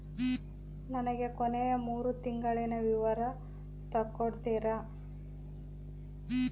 ನನಗ ಕೊನೆಯ ಮೂರು ತಿಂಗಳಿನ ವಿವರ ತಕ್ಕೊಡ್ತೇರಾ?